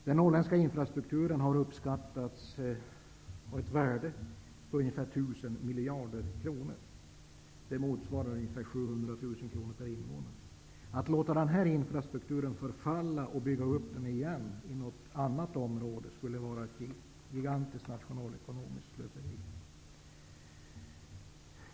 Den norrländska infrastrukturen har uppskattats ha ett värde av ungefär 1 000 miljarder kronor, vilket motsvarar ca 700 000 kr per invånare. Att låta denna infrastruktur förfalla och bygga upp den igen i något annat område skulle vara ett gigantiskt nationalekonomiskt slöseri.